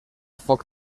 foc